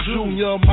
Junior